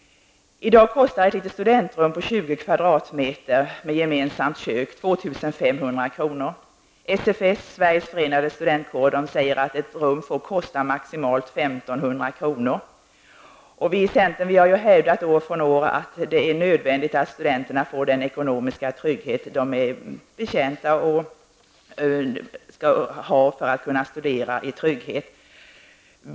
I dag kostar ett litet studentrum på 20 m2, med gemensamt kök, 2 500 kr. Sveriges förenade studentkårer säger att ett rum får kosta maximalt 1 500 kr. Vi i centern har ju år efter år hävdat att det är nödvändigt att studenterna får den ekonomiska trygghet som behövs för att de skall kunna bedriva sina studier.